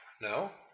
No